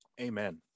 amen